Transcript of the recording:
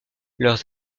leurs